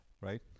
right